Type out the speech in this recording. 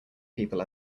people